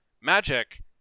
Magic